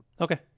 Okay